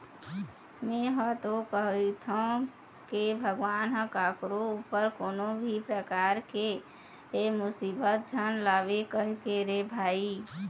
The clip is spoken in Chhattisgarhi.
में हा तो कहिथव के भगवान ह कखरो ऊपर कोनो भी परकार के मुसीबत झन लावय कहिके रे भई